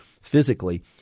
physically